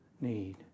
need